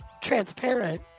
transparent